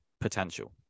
potential